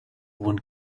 one